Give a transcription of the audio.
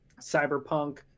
Cyberpunk